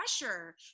pressure